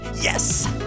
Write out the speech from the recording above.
Yes